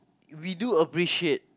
we do appreciate